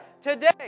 today